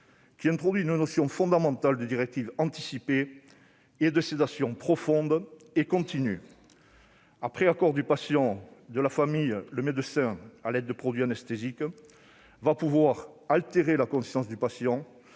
qui a introduit les notions fondamentales de « directives anticipées » et de « sédation profonde et continue ». Après accord du patient et de la famille, le médecin, à l'aide de produits anesthésiques, peut altérer la conscience du patient